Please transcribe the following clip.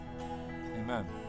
Amen